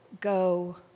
go